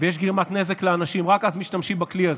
ויש גרימת נזק לאנשים, רק אז משתמשים בכלי הזה,